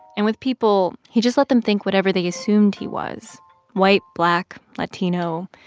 and with people, he just let them think whatever they assumed he was white, black, latino.